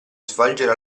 svolgere